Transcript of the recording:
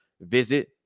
visit